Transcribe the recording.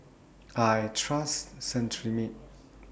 I Trust Cetrimide